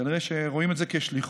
כנראה שרואים את זה כשליחות.